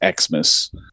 Xmas